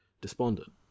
despondent